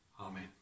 Amen